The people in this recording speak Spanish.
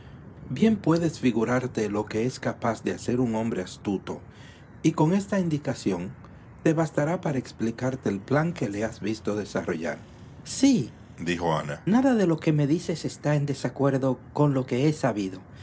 bien puedes figurarte lo que es capaz de hacer un hombre astuto y con esta indicación te bastará para explicarte el plan que le has visto desarrollar sídijo ana nada de lo que me dices está en desacuerdo con lo que he sabido